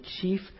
chief